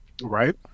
Right